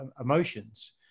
emotions